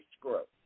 growth